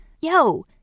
Yo